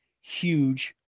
huge